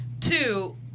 Two